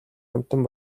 амьтан